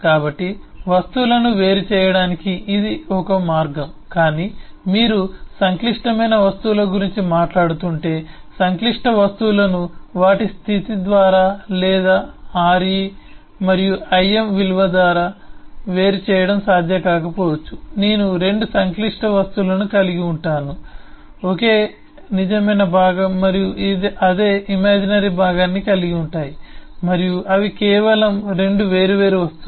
కాబట్టి వస్తువులను వేరు చేయడానికి ఇది ఒక మార్గం కాని మీరు సంక్లిష్టమైన వస్తువుల గురించి మాట్లాడుతుంటే సంక్లిష్ట వస్తువులను వాటి స్థితి ద్వారా లేదా re మరియు im విలువ ద్వారా వేరు చేయడం సాధ్యం కాకపోవచ్చు నేను 2 సంక్లిష్ట వస్తువులను కలిగి ఉంటాను ఒకే నిజమైన భాగం మరియు అదే ఇమాజినరీ భాగాన్ని కలిగి ఉంటాయి మరియు అవి కేవలం 2 వేర్వేరు వస్తువులు